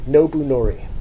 Nobunori